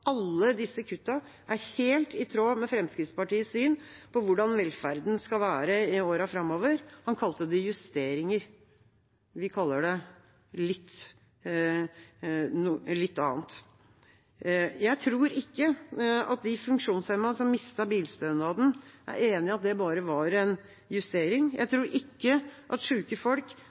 alle disse kuttene er helt i tråd med Fremskrittspartiets syn på hvordan velferden skal være i årene framover. Han kalte det justeringer. Vi kaller det noe annet. Jeg tror ikke at de funksjonshemmede som mistet bilstønaden, er enig i at det bare var en justering. Jeg tror ikke at syke folk